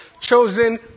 chosen